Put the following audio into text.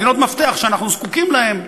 מדינות מפתח שאנחנו זקוקים להן,